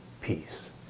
peace